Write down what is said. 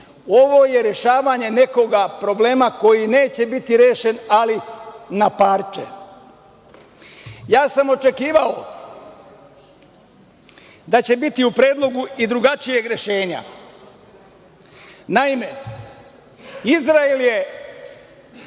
Ovo je rešavanje nekoga problema koji neće biti rešen ali na parče. Očekivao sam da će biti u predlogu i drugačijeg rešenja. Naime, Izrael je